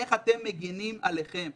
איך אתם מגנים עליכם.